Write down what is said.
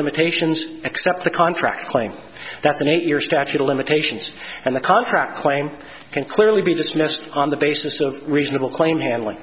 limitations except the contract playing that's an eight year statute of limitations and the contract claim can clearly be dismissed on the basis of reasonable claim handling